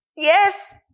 Yes